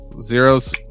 Zero's